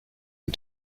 and